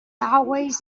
always